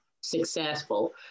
successful